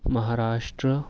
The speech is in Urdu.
مہاراشٹر